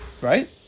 Right